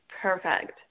perfect